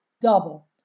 double